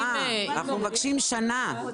אנחנו מבקשים שנה.